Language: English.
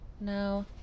No